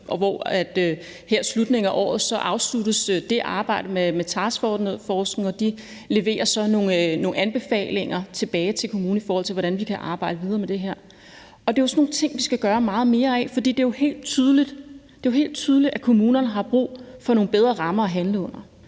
her i slutningen af året afsluttes det arbejde med taskforcen, og de leverer så nogle anbefalinger til kommunen, i forhold til hvordan vi kan arbejde videre med det her. Det er sådan nogle ting, vi skal gøre meget mere af, for det er jo helt tydeligt, at kommunerne har brug for nogle bedre rammer at handle inden